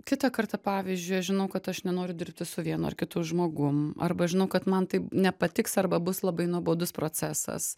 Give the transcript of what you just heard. kitą kartą pavyzdžiui aš žinau kad aš nenoriu dirbti su vienu ar kitu žmogum arba aš žinau kad man tai nepatiks arba bus labai nuobodus procesas